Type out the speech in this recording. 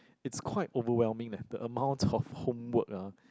it's quite overwhelming leh the amount of homework ah